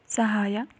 ಸಹಾಯ